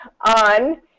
on